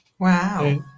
Wow